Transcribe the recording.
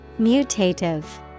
Mutative